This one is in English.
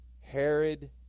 Herod